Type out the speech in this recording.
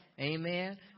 Amen